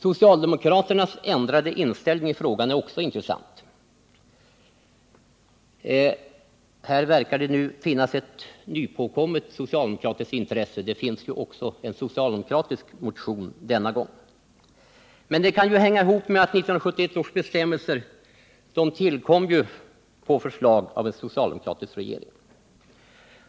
Socialdemokraternas ändrade inställning i frågan är också intressant. Här verkar det nu finnas ett nypåkommet socialdemokratiskt intresse, och det finns också en socialdemokratisk motion denna gång. Men det kan hänga ihop med att 1971 års bestämmelser tillkom på förslag av en socialdemokratisk regering.